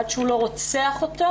עד שהוא לא רוצח אותה